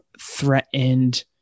threatened